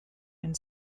and